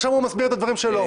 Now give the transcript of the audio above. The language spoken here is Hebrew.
עכשיו הוא מסביר את הדברים שלו.